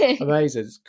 Amazing